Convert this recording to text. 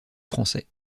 français